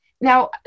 Now